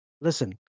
Listen